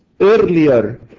earlier